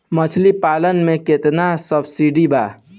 मछली पालन मे केतना सबसिडी बा?